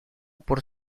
por